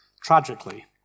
Tragically